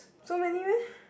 so many meh